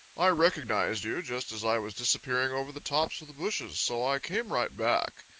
i recognized you just as i was disappearing over the tops of the bushes, so i came right back.